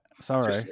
Sorry